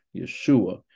Yeshua